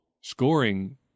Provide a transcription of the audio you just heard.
Scoring